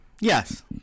Yes